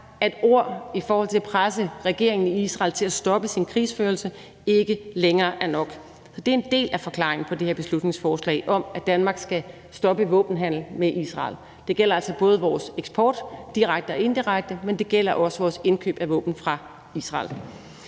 at ord i forhold til at presse regeringen i Israel til at stoppe sin krigsførelse ikke længere er nok. Det er en del af forklaringen på det her beslutningsforslag om, at Danmark skal stoppe våbenhandel med Israel. Det gælder altså vores eksport direkte og indirekte, men det gælder også vores indkøb af våben fra Israel.